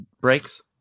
breaks